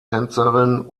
tänzerin